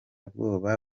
bwoba